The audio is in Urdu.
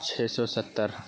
چھ سو ستّر